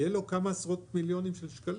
יהיה לו כמה עשרות-מיליונים של שקלים.